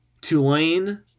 Tulane